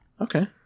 okay